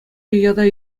ята